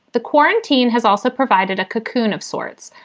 the quarantine has also provided a cocoon of sorts.